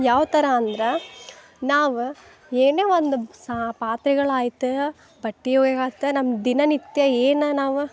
ಯಾವ್ಥರ ಅಂದ್ರೆ ನಾವು ಏನೇ ಒಂದು ಸಾ ಪಾತ್ರೆಗಳಾಯ್ತು ಬಟ್ಟೆ ಒಗೆಯಕ್ಕೆ ಆತು ನಮ್ಮ ದಿನನಿತ್ಯ ಏನು ನಾವು